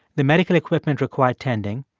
the medical equipment required tending,